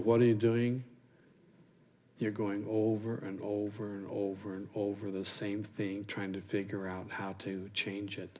what are you doing here going over and over and over and over the same thing trying to figure out how to change it